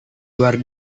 luar